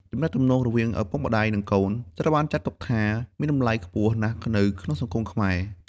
ទំនាក់ទំនងរវាងឪពុកម្តាយ និងកូន ត្រូវបានចាត់ទុកថាមានតម្លៃខ្ពស់ណាស់នៅក្នុងសង្គមខ្មែរ។